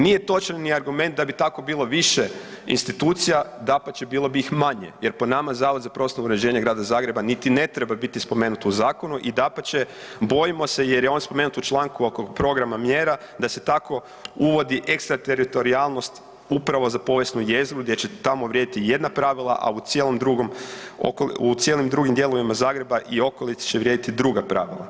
Nije točan ni argument da bi tako bilo više institucija, dapače bilo bi ih manje jer po nama Zavod za prostorno uređenje Grada Zagreba niti ne treba biti spomenuto u zakonu i dapače bojimo se jer je on spomenut u članku oko programa mjera da se tako uvodi ekstrateritorijalnost upravo za povijesnu jezgru gdje će tamo vrijediti jedna pravila, a u cijelom drugom, u cijelim drugim dijelovima Zagreba i okolici će vrijediti druga pravila.